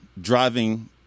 driving